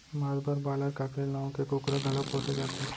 मांस बर broiler, cockerel नांव के कुकरा घलौ पोसे जाथे